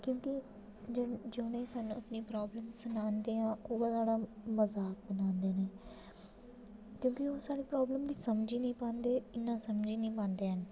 क्योंकि जि'नें गी अस अपनी प्राॅब्लम सनान्ने आं ओह् गै साढा मज़ाक बनांदे न क्योंकि ओह् साढी प्राॅब्लम गी समझी निं पांदे इन्ना समझी निं पांदे न